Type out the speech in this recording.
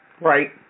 Right